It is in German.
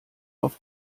auf